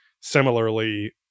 similarly